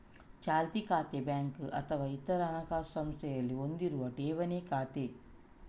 ಚಾಲ್ತಿ ಖಾತೆ ಬ್ಯಾಂಕು ಅಥವಾ ಇತರ ಹಣಕಾಸು ಸಂಸ್ಥೆಯಲ್ಲಿ ಹೊಂದಿರುವ ಠೇವಣಿ ಖಾತೆ